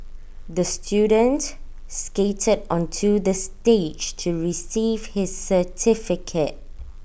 the student skated onto the stage to receive his certificate